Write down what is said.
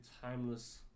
timeless